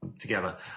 together